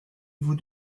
vous